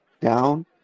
down